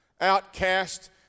outcast